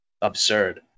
absurd